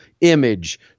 Image